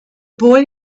boy